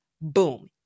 Boom